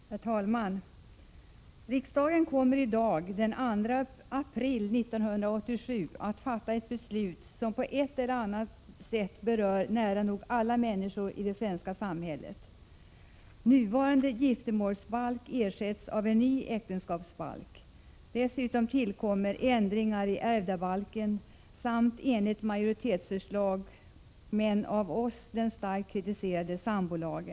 Herr talman! Riksdagen kommer i dag den 2 april 1987 att fatta ett beslut som på ett eller annat sätt berör nära nog alla människor i det svenska samhället. Nuvarande giftermålsbalk ersätts av en ny äktenskapsbalk. Dessutom tillkommer ändringar i ärvdabalken. Majoriteten föreslår också införande av sambolagen, men denna kritiseras starkt av oss.